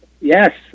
Yes